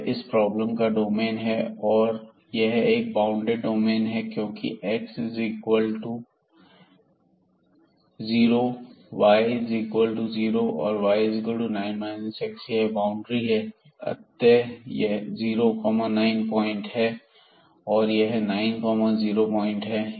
यह इस प्रॉब्लम का डोमेन है और यह एक बॉउंडेड डोमेन है क्योंकि x is equal to zero y equal to zero और बाय इक्वल टू 9 x यह बाउंड्री है यह 09 पॉइंट है और यह 90 प्वाइंट है